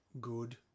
good